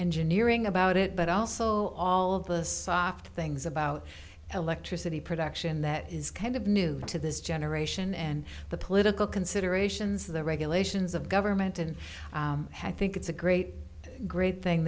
engineering about it but also all of the soft things about electricity production that is kind of new to this generation and the political considerations the regulations of government and i think it's a great great thing